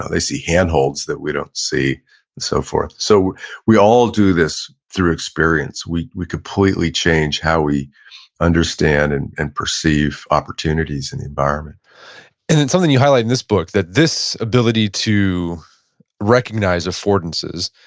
they see handholds that we don't see and so forth. so we all do this through experience, we we completely change how we understand and and perceive opportunities in the environment and then something you highlight in this book that this ability to recognize affordances,